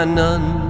none